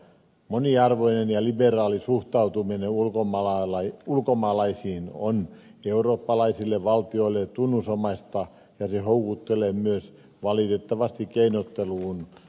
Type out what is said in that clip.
moniarvoinen ja liberaali suhtautuminen ulkomaalaisiin on eurooppalaisille valtioille tunnusomaista ja se houkuttelee myös valitettavasti keinotteluun maahanmuutolla